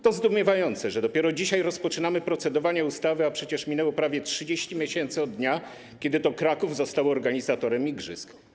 To zdumiewające, że dopiero dzisiaj rozpoczynamy procedowanie nad ustawą, a przecież minęło prawie 30 miesięcy od dnia, kiedy Kraków został organizatorem igrzysk.